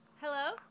Hello